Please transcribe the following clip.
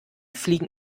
fliegen